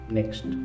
next